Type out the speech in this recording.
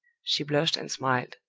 she blushed and smiled.